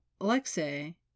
Alexei